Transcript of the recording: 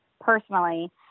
personally